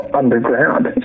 underground